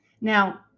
Now